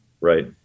Right